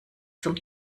zum